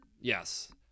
Yes